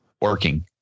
Working